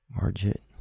margit